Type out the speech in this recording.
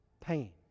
pain